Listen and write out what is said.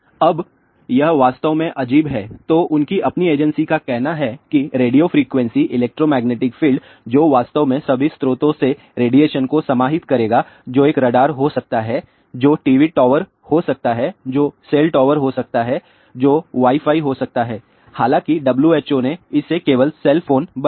अब यह वास्तव में अजीब है तो उनकी अपनी एजेंसी का कहना है कि रेडियो फ्रीक्वेंसी इलेक्ट्रोमैग्नेटिक फील्ड जो वास्तव में सभी स्रोतों से रेडिएशन को समाहित करेगा जो एक रडार हो सकता है जो टीवी टॉवर हो सकता है जो सेल टॉवर हो सकता है जो वाई फाई हो सकता है हालांकि WHO ने इसे केवल सेल फोन बना दिया